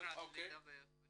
אנחנו